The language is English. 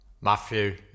Matthew